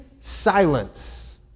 silence